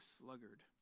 sluggard